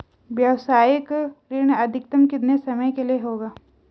व्यावसायिक ऋण अधिकतम कितने समय के लिए होगा?